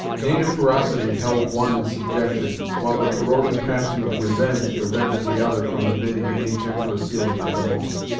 native ferocity held one in subjection, while the corroding passion of revenge prevented the other from admitting any gentler feeling at the moment.